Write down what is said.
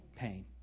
Pain